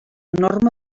norma